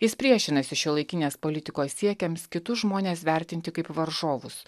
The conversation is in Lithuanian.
jis priešinasi šiuolaikinės politikos siekiams kitus žmones vertinti kaip varžovus